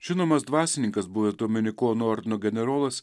žinomas dvasininkas buvęs dominikonų ordino generolas